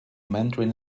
mandarin